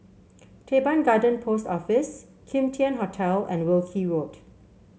Teban Garden Post Office Kim Tian Hotel and Wilkie Road